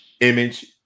Image